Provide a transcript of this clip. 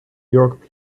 york